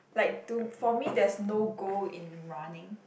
like to for me there is no goal in running